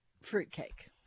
fruitcake